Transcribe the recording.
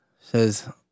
says